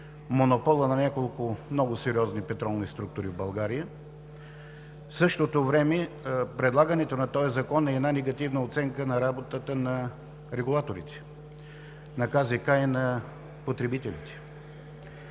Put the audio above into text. монопола на няколко много сериозни петролни структури в България. В същото време предлагането на този законопроект е една негативна оценка на работата на регулаторите – на КЗК и на Комисията